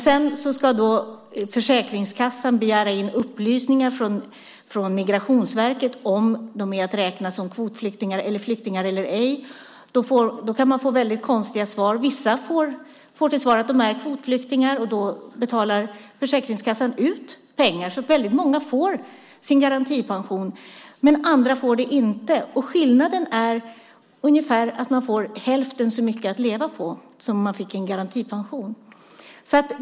Sedan ska dock Försäkringskassan begära in upplysningar från Migrationsverket om de är att räkna som kvotflyktingar, flyktingar eller ej. Då kan man få väldigt konstiga svar. Vissa får till svar de är kvotflyktingar, och då betalar Försäkringskassan ut pengar. Väldigt många får alltså sin garantipension. Andra får den dock inte. Skillnaden blir att man får ungefär hälften så mycket att leva på som om man skulle få garantipension.